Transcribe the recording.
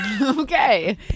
Okay